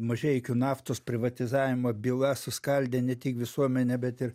mažeikių naftos privatizavimo byla suskaldė ne tik visuomenę bet ir